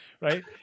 right